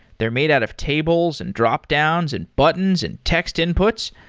they're made out of tables, and dropdowns, and buttons, and text inputs.